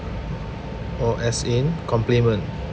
or as in compliment